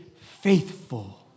faithful